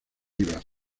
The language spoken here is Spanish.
rivas